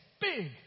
big